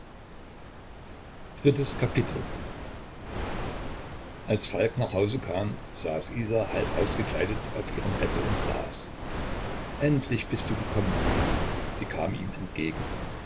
iii als falk nach hause kam saß isa halbausgekleidet auf ihrem bette und las endlich bist du gekommen sie kam ihm entgegen